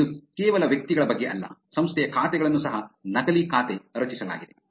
ಮತ್ತು ಇದು ಕೇವಲ ವ್ಯಕ್ತಿಗಳ ಬಗ್ಗೆ ಅಲ್ಲ ಸಂಸ್ಥೆಯ ಖಾತೆಗಳನ್ನು ಸಹ ನಕಲಿ ಖಾತೆ ರಚಿಸಲಾಗಿದೆ